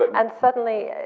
and suddenly